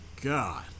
God